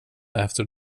after